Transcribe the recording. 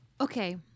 Okay